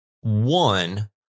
One